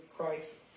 Christ